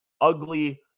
ugly